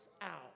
out